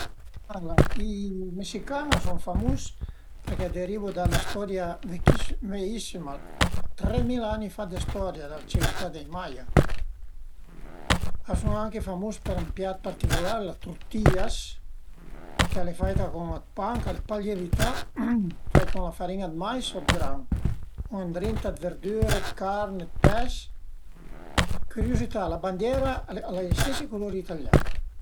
Cuand l'ai fait ël cuncurs për diventé maestro sun stait furtünà perché dëvìu avei stantesinc punt për cumincé a travaié e mi l'ai avüne trantün ën la prova scritta, cuarantedui ën la prova orale e dui për ël diploma, tutal al a fait ezatament stantesinc punt